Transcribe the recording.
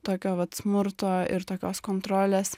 tokio vat smurto ir tokios kontrolės